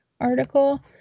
article